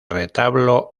retablo